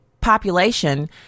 population